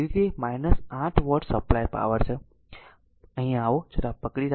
તેથી તે 8 watt supply power છે અહીં આવો જરા પકડી રાખો